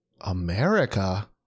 America